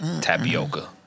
Tapioca